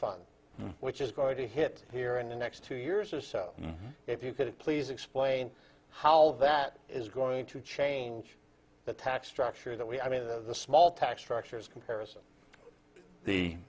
fund which is going to hit here in the next two years or so if you could please explain how that is going to change the tax structure that we i mean the small tax structures comparison the